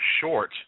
short